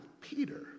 Peter